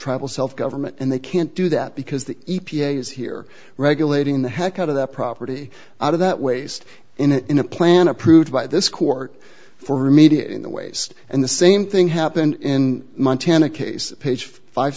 travel self government and they can't do that because the e p a is here regulating the heck out of that property out of that waste in a plan approved by this court for media in the waste and the same thing happened in montana case page fi